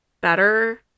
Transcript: better